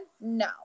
No